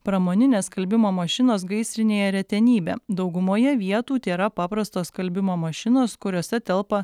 pramoninės skalbimo mašinos gaisrinėje retenybė daugumoje vietų tėra paprastos skalbimo mašinos kuriose telpa